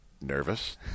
nervous